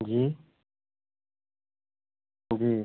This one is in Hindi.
जी जी